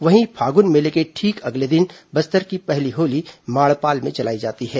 वहीं फागुन मेले के ठीक अगले दिन बस्तर की पहली होली माड़पाल में जलाई जाती है